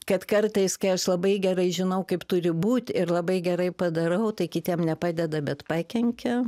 kad kartais kai aš labai gerai žinau kaip turi būt ir labai gerai padarau tai kitiem nepadeda bet pakenkia